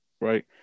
right